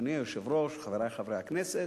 אדוני היושב-ראש, חברי חברי הכנסת,